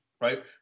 right